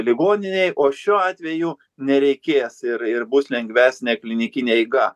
ligoninėj o šiuo atveju nereikės ir ir bus lengvesnė klinikinė eiga